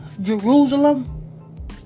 Jerusalem